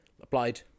applied